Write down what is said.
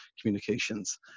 communications